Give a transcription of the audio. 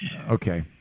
Okay